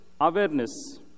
awareness